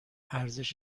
ارزش